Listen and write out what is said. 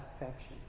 affection